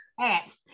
apps